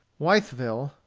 witheville,